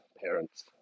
parents